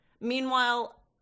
Meanwhile